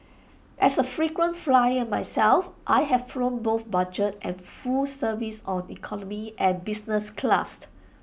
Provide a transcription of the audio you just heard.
as A frequent flyer myself I have flown both budget and full service on economy and business class